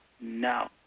No